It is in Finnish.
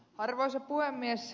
arvoisa puhemies